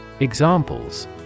Examples